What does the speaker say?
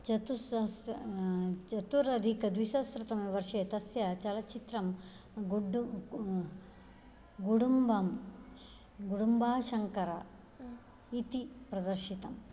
चतुस्सहस्र चतुरधिकद्विसहस्रतमे वर्षे तस्य चलच्चित्रं गुडु गुडुम्बं गुडुम्बाशङ्कर इति प्रदर्शितम्